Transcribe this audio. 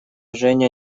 женя